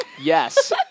Yes